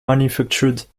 manufactured